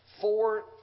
four